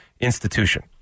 institution